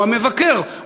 הוא המבקר,